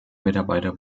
mitarbeiter